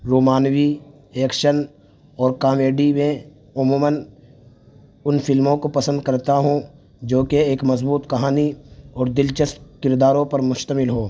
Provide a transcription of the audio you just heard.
رومانوی action اور comedy میں عموماً ان فلموں کو پسند کرتا ہوں جو کہ ایک مضبوط کہانی اور دلچسپ کرداروں پر مشتمل ہو